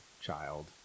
child